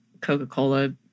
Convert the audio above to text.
Coca-Cola